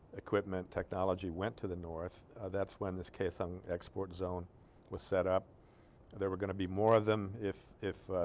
equipment technology went to the north that's when this kaesung export zone was set up they were going to be more of them if if ah.